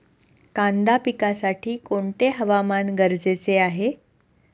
कांदा पिकासाठी कोणते हवामान गरजेचे आहे?